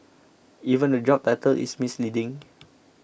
even the job title is misleading